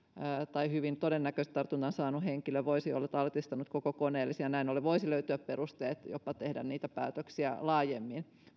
tai hyvin todennäköisesti tartunnan saanut henkilö voisi olla altistanut koko koneellisen niin näin ollen voisi löytyä perusteet jopa tehdä niitä päätöksiä laajemmin